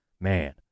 man